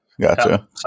Gotcha